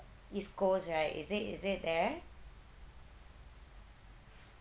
east coast right is it is it there